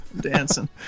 dancing